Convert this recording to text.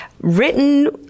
written